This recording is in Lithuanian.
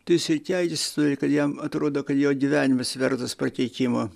tai jisai keiktis turi kad jam atrodo kad jo gyvenimas vertas prakeikimo